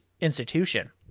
institution